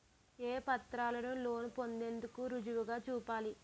ఏ పత్రాలను లోన్ పొందేందుకు రుజువుగా చూపాలి?